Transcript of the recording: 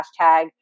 hashtag